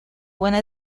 buena